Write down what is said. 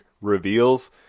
reveals